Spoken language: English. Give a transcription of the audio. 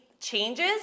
changes